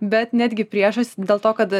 bet netgi priešas dėl to kad